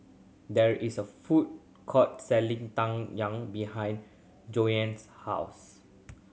there is a food court selling Tang Yuen behind Jovanny's house